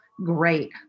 Great